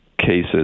cases